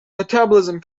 metabolism